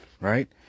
right